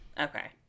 Okay